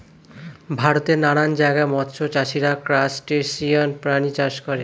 ভারতের নানান জায়গায় মৎস্য চাষীরা ক্রাসটেসিয়ান প্রাণী চাষ করে